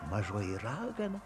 mažoji ragana